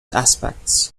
aspects